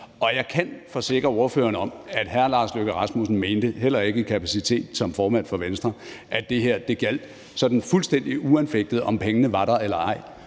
og jeg kan forsikre ordføreren om, at hr. Lars Løkke Rasmussen heller ikke i sin egenskab af formand for Venstre mente, at det her gjaldt, fuldstændig uanfægtet af om pengene var der eller ej.